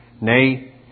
nay